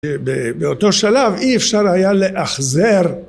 באותו שלב אי אפשר היה לאחזר.